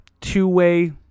two-way